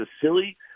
silly